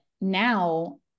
now